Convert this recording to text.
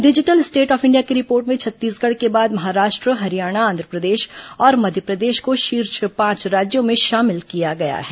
digital state of India की report में छत्तीसगढ़ के बाद महाराष्ट्र हरियाणा आंध्रप्रदेश और मध्यप्रदेश को शीर्ष पांच राज्यों में शामिल किया गया है